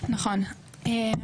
תודה רבה.